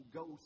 go